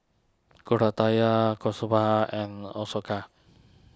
Koratala Kasturba and Ashoka